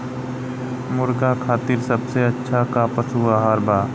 मुर्गा खातिर सबसे अच्छा का पशु आहार बा?